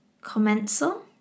commensal